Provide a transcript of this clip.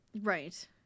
Right